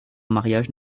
mariage